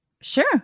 sure